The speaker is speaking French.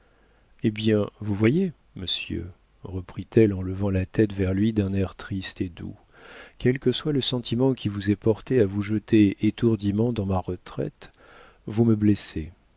eh bien vous voyez monsieur reprit-elle en levant la tête vers lui d'un air triste et doux quel que soit le sentiment qui vous ait porté à vous jeter étourdiment dans ma retraite vous me blessez